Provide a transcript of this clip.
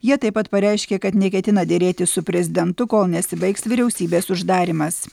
jie taip pat pareiškė kad neketina derėtis su prezidentu kol nesibaigs vyriausybės uždarymas